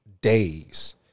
days